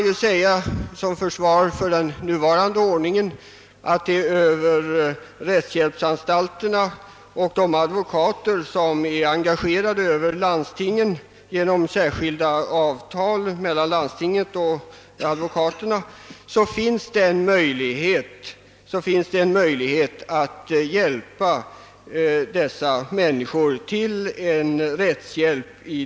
Till försvar för den nuvarande ordningen kan jag emellertid nämna, att genom rättshjälpsanstalterna och de advokater som är engagerade av landstingen genom särskilda avtal mellan landstinget och advokaterna finns det en möjlighet att bereda dessa människor rättshjälp.